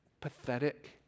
pathetic